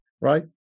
right